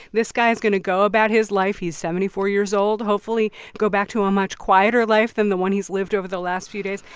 this guy is going to go about his life. he's seventy four years old. hopefully go back to a much quieter life than the one he's lived over the last few days.